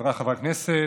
חבריי חברי הכנסת,